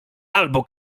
albo